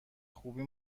خوبی